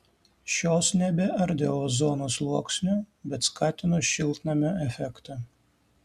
šios nebeardė ozono sluoksnio bet skatino šiltnamio efektą